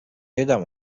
یادم